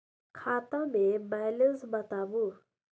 खाता के बैलेंस बताबू?